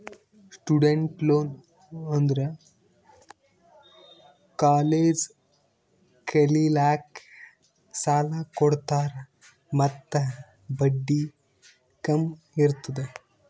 student loan ಅಂದುರ್ college ಕಲಿಲ್ಲಾಕ್ಕ್ ಸಾಲ ಕೊಡ್ತಾರ ಮತ್ತ ಬಡ್ಡಿ ಕಮ್ ಇರ್ತುದ್